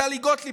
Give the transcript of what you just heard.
טלי גוטליב,